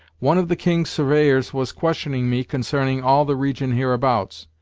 one of the king's surveyors was questioning me consarning all the region hereabouts.